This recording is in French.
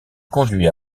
conduit